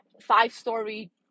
five-story